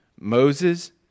Moses